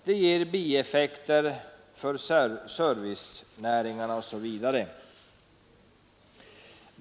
Det ber bieffekter för servicenäringarna osv.